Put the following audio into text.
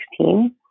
2016